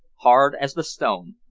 hard as the stone.